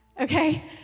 okay